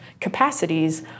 capacities